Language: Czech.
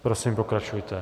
Prosím, pokračujte.